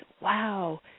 wow